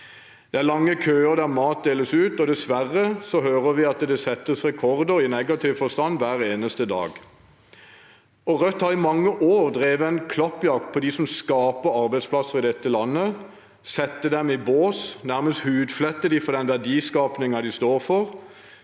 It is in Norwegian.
Det er lange køer der mat deles ut, og dessverre hører vi at det settes rekorder i negativ forstand hver eneste dag. Rødt har i mange år drevet en klappjakt på dem som skaper arbeidsplasser i dette landet – sette dem i bås, nærmest hudflette dem for den verdiskapingen de står for,